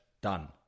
done